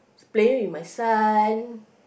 playing with my son